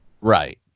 Right